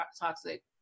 toxic